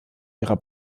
ihrer